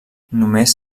només